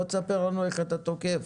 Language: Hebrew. בוא תספר לנו איך אתה תוקף,